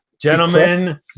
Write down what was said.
Gentlemen